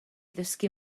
ddysgu